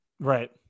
Right